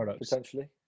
potentially